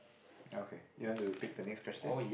okay you want to pick the next question